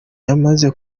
yamaze